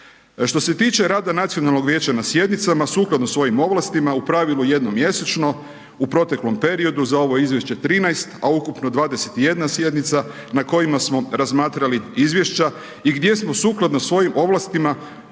Što se tiče rada nacionalnog vijeća na sjednicama, sukladno svojim ovlastima, u pravilu jednom mjesečno u proteklom periodu, za ovo izvješće 13, a ukupno 21 sjednica, na kojima smo razmatrali izvješća i gdje smo sukladno svojim ovlastima